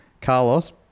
Carlos